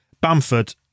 Bamford